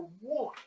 one